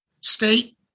state